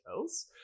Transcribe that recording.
else